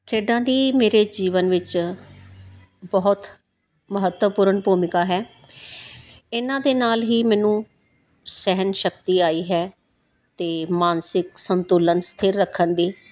ਖੇਡਾਂ ਦੀ ਮੇਰੇ ਜੀਵਨ ਵਿੱਚ ਬਹੁਤ ਮਹੱਤਵਪੂਰਨ ਭੂਮਿਕਾ ਹੈ ਇਹਨਾਂ ਦੇ ਨਾਲ ਹੀ ਮੈਨੂੰ ਸਹਿਨ ਸ਼ਕਤੀ ਆਈ ਹੈ ਅਤੇ ਮਾਨਸਿਕ ਸੰਤੁਲਨ ਸਥਿਰ ਰੱਖਣ ਦੀ